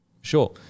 sure